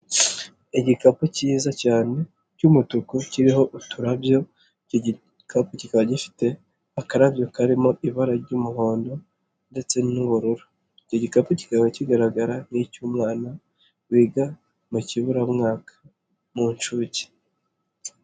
Igikapu kiza cyane cy'umutuku kiriho uturabyo. Icyo gikapu kikaba gifite akarabyo karimo ibara ry'umuhondo ndetse n'ubururu. Icyo gikapu kikaba kigaragara nk'icy'umwana wiga mu kiburamwaka, mu nshuke.